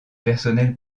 personnel